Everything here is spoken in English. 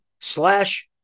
slash